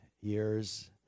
years